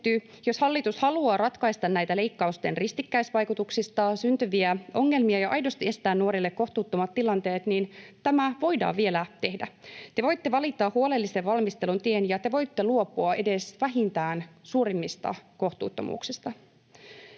Jos hallitus haluaa ratkaista näitä leikkausten ristikkäisvaikutuksista syntyviä ongelmia ja aidosti estää nuorille kohtuuttomat tilanteet, niin tämä voidaan vielä tehdä. Te voitte valita huolellisen valmistelun tien ja te voitte luopua vähintään edes suurimmista kohtuuttomuuksista.